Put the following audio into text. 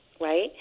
right